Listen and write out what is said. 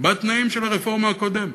בתנאים של הרפורמה הקודמת,